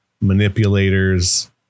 manipulators